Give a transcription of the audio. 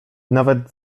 nawet